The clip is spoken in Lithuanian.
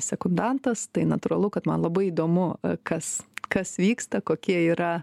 sekundantas tai natūralu kad man labai įdomu kas kas vyksta kokie yra